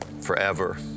forever